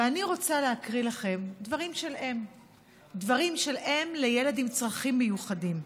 ואני רוצה להקריא לכם דברים של אם לילד עם צרכים מיוחדים.